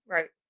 Right